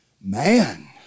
Man